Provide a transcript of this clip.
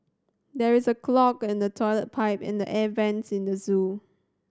there is a clog in the toilet pipe and the air vents in the zoo